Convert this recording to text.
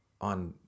on